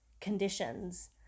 conditions